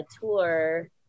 tour